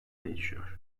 değişiyor